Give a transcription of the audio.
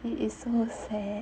it is so sad